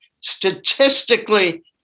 Statistically